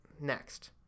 next